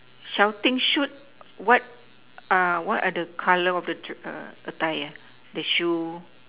shouting shoot what what are the color of the attire the shoe